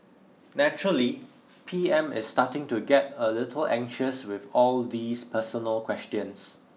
naturally P M is starting to get a little anxious with all these personal questions